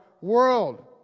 world